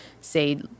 say